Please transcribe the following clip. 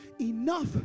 enough